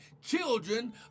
Children